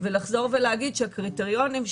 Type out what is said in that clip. ולחזור ולהגיד שהקריטריונים,